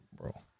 bro